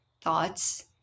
Thoughts